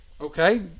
Okay